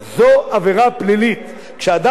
כשאדם נכנס לישראל ללא רשות,